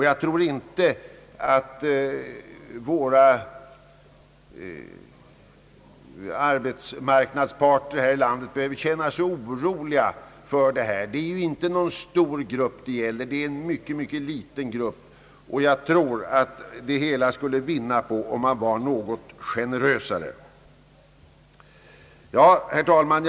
Jag tror inte att arbetsmarknadsparterna behöver känna sig oroliga för de konsekvenser som en ändring kan få. Det är ingen stor grupp det gäller utan en mycket liten. Men alla parter skulle säkert vinna på att man vore något mer generös. Herr talman!